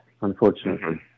unfortunately